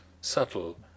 subtle